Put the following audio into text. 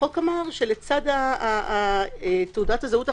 החוק אמר שלצד תעודת הזהות החכמה,